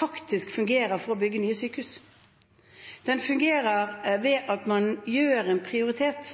faktisk fungerer for å bygge nye sykehus. Den fungerer ved at man gjør en